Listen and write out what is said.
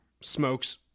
smokes